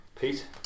Pete